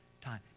time